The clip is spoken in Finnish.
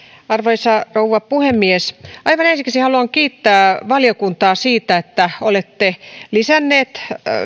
arvoisa rouva puhemies aivan ensiksi haluan kiittää valiokuntaa siitä että olette lisänneet